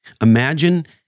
Imagine